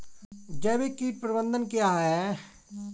जैविक कीट प्रबंधन क्या है?